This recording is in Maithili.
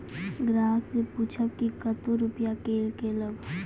ग्राहक से पूछब की कतो रुपिया किकलेब?